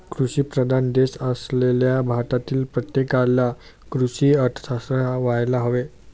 कृषीप्रधान देश असल्याने भारतातील प्रत्येकाला कृषी अर्थशास्त्र यायला हवे